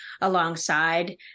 alongside